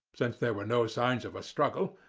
since there were no signs of a struggle,